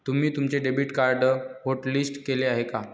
तुम्ही तुमचे debit card hotlist केले आहे का?